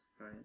right